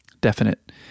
definite